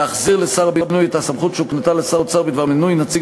להחזיר לשר הבינוי את הסמכות שהוקנתה לשר האוצר בדבר מינוי נציג